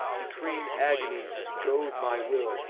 decreeing agonies, to goad my will,